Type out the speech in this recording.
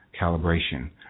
calibration